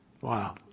Wow